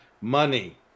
Money